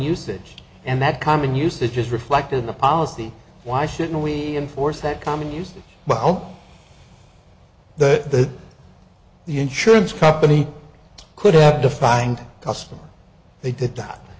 usage and that common usage is reflected in the policy why shouldn't we enforce that common usage well the the insurance company could have defined custom they did that